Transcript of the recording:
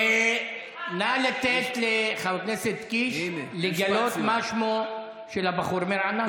נא לתת לחבר הכנסת קיש לגלות מה שמו של הבחור מרעננה.